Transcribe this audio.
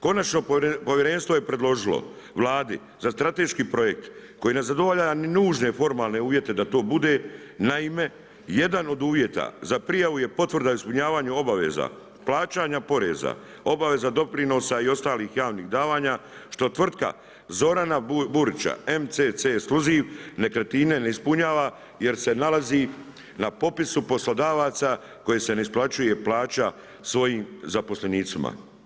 Konačno, povjerenstvo je predložilo Vladi za strateški projekt koji ne zadovoljava ni nužne formalne uvjete da to bude, naime, jedan od uvjeta za prijavu je potvrda o ispunjavanju obaveza plaćanja poreza, obaveza doprinosa i ostalih javnih davanja što tvrtka Zorana Burića MCC ekskluzivne nekretnine ne ispunjava jer se nalazi na popisu poslodavaca koje se ne isplaćuje plaća svojim zaposlenicima.